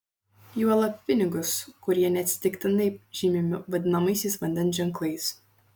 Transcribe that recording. juolab pinigus kurie neatsitiktinai žymimi vadinamaisiais vandens ženklais